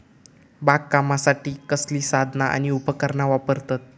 बागकामासाठी कसली साधना आणि उपकरणा वापरतत?